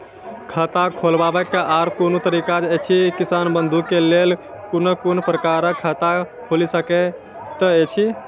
खाता खोलवाक आर कूनू तरीका ऐछि, किसान बंधु के लेल कून कून प्रकारक खाता खूलि सकैत ऐछि?